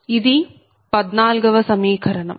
ఇది 14 వ సమీకరణం